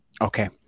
Okay